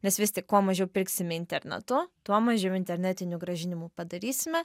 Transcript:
nes vis tik kuo mažiau pirksime internetu tuo mažiau internetinių grąžinimų padarysime